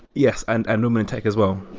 yes, and and women in tech as well.